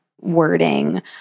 wording